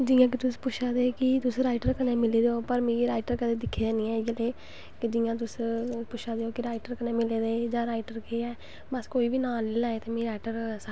हां जी नमस्ते सारें गी में अज्ज तोआनू सारेआं नू एह् मतलव कटिंग दे बारे च दस्सनां चाह्नी ऐं स्टिचिंंग दे बारे च सब कुश